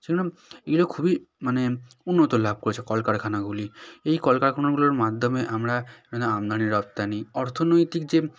সেইরম এগুলো খুবই মানে উন্নতি লাভ করেছে কলকারখানাগুলি এই কলকারখানাগুলোর মাধ্যমে আমরা আমদানি রপ্তানি অর্থনৈতিক যে